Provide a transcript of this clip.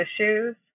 issues